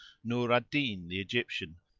nur al-din the egyptian,